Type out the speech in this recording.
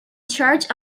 charge